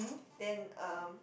then uh